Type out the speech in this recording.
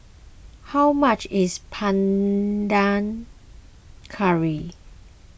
how much is Panang Curry